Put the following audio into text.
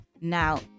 Now